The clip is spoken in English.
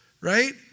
Right